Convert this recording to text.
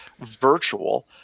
virtual